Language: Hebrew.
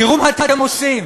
תראו מה אתם עושים,